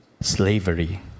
slavery